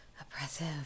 oppressive